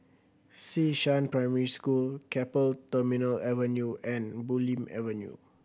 Xishan Primary School Keppel Terminal Avenue and Bulim Avenue